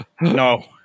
no